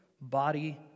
body